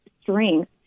strength